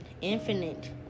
infinite